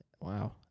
Wow